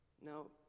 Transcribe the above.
No